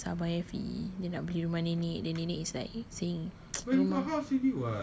tak pasal abang elfi dia nak beli rumah nenek then nenek is like saying you know